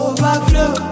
Overflow